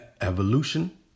evolution